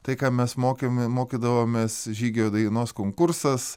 tai ką mes mokėm mokydavomės žygio dainos konkursas